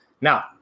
Now